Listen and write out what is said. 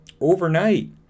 Overnight